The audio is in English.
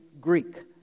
Greek